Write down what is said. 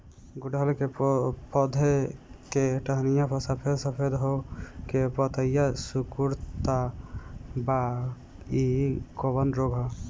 गुड़हल के पधौ के टहनियाँ पर सफेद सफेद हो के पतईया सुकुड़त बा इ कवन रोग ह?